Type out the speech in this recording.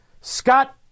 Scott